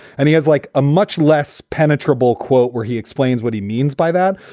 and he has like a much less penetrable quote where he explains what he means by that.